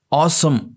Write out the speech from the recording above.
awesome